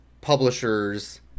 publishers